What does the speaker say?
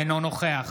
אינו נוכח